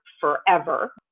forever